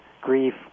grief